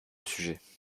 sujet